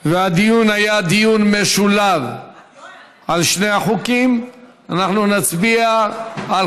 שהדיון היה משולב על שני החוקים אנחנו נצביע על